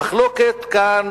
המחלוקת כאן